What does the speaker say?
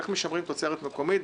איך משמרים תוצרת מקומית,